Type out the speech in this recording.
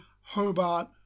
Hobart